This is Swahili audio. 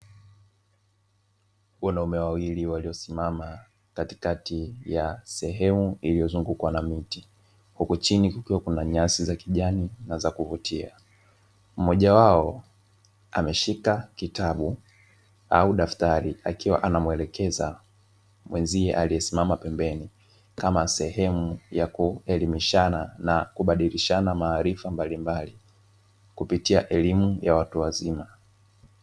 Wanaume wawili waliosimama katikati ya sehemu iliyozungukwa na miti huku chini kukiwa kuna nyasi za kijani na za kuvutia, mmoja wao ameshika kitabu au daftari akiwa anamwelekeza mwenzie aliyesimama pembeni, kama sehemu ya kuelimishana na kubadilishana maarifa mblimbali kupitia elimu ya watu wazima.